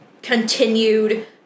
continued